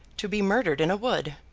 to be murdered in a wood,